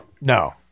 no